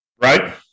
Right